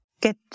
get